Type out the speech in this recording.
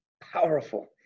powerful